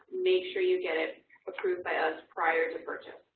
make sure you get it approved by us prior to purchase.